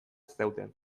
zeuden